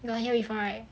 you got hear before right